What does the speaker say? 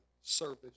service